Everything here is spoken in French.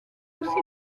aussi